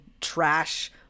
trash